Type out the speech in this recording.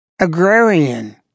agrarian